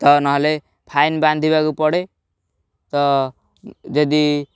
ତ ନହେଲେ ଫାଇନ୍ ବାନ୍ଧିବାକୁ ପଡ଼େ ତ ଯଦି